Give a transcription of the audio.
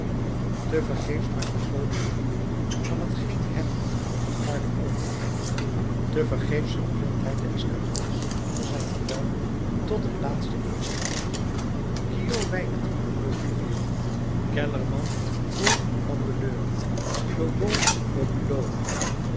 vergeefs maakt napoleon muren van hetgeen hem van de garde overblijft te vergeefs verspilt hij de escadrons onder zijn bevel tot een laatste inspanning quiot wijkt voor vivian kellerman voor vandeleur lobau voor